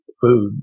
food